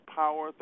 power